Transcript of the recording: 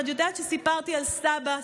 את יודעת שסיפרתי על סבא?